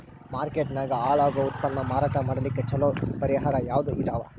Market ನಾಗ ಹಾಳಾಗೋ ಉತ್ಪನ್ನ ಮಾರಾಟ ಮಾಡಲಿಕ್ಕ ಚಲೋ ಪರಿಹಾರ ಯಾವುದ್ ಇದಾವ?